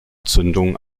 zündung